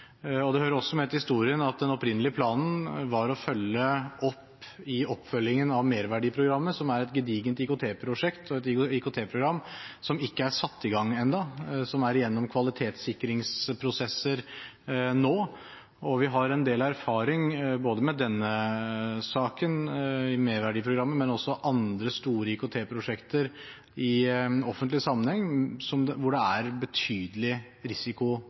Det hører også med til historien at den opprinnelige planen var å følge opp i oppfølgingen av merverdiprogrammet, som er et gedigent IKT-prosjekt, og et IKT-program som ikke er satt i gang ennå, som er igjennom kvalitetssikringsprosesser nå. Og vi har en del erfaring både med denne saken i merverdiprogrammet og i andre store IKT-prosjekter i offentlig sammenheng som det er betydelig risiko